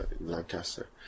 Lancaster